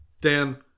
Dan